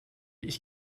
ich